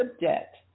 debt